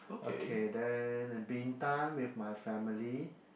okay then and Bintan with my family